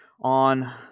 on